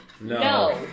No